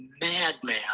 madman